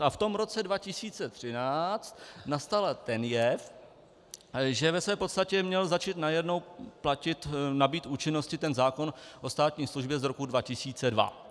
A v roce 2013 nastal ten jev, že ve své podstatě měl začít najednou platit, nabýt účinnosti zákon o státní službě z roku 2002.